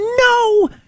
no